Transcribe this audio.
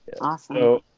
awesome